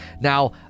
Now